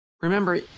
Remember